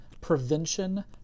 prevention